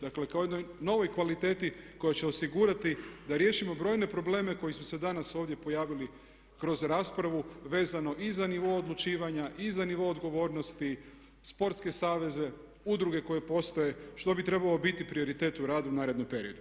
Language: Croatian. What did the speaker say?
Dakle kao jednoj novoj kvaliteti koja će osigurati da riješimo brojne probleme koji su se danas ovdje pojavili kroz raspravu vezano i za nivo odlučivanja i za nivo odgovornosti, sportske saveze, udruge koje postoje što bi trebao biti prioritet u radu u narednom periodu.